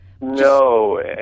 No